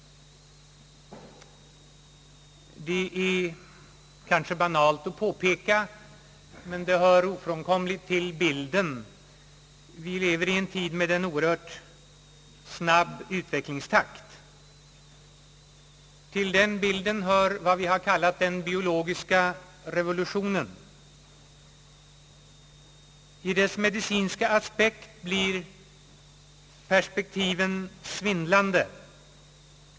Det är kanske banalt att påpeka men det hör ofrånkomligt till bilden, att vi lever i en tid med en oerhört snabb utvecklingstakt. Till denna bild hör vad man har kallat den biologiska revolutionen. I dess medicinska aspekt blir perspektiven svindlande.